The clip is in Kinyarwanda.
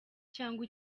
cyangwa